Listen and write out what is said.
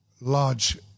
large